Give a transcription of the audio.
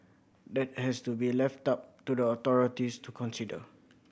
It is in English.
that has to be left up to the authorities to consider